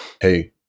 Hey